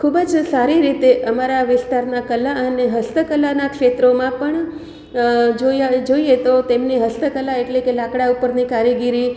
ખૂબ જ સારી રીતે અમારા વિસ્તારનાં કલા અને હસ્તકલાનાં ક્ષેત્રોમાં પણ જોઈએ તો તેમની હસ્તકલા એટલે કે લાકડા ઉપરની કરીગીરી